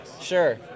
Sure